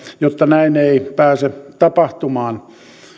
jotta näin ei pääse tapahtumaan